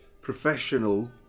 professional